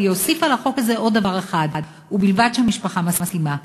אבל היא הוסיפה לחוק הזה עוד דבר אחד: ובלבד שהמשפחה מסכימה,